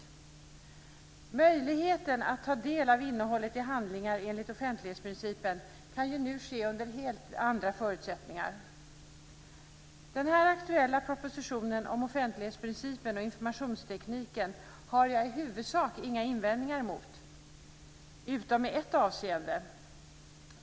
Det finns nu helt andra förutsättningar för att ta del av innehållet i handlingar enligt offentlighetsprincipen. Jag har i huvudsak inga invändningar mot den aktuella propositionen om offentlighetsprincipen och informationstekniken utom i ett avseende.